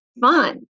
fun